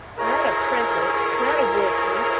not a prentice, not a workman,